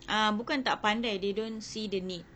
ah bukan tak pandai they don't see the need